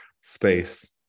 space